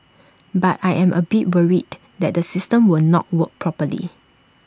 but I am A bit worried that the system will not work properly